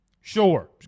Sure